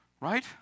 right